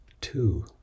two